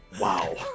Wow